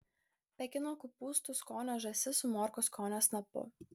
pekino kopūstų skonio žąsis su morkų skonio snapu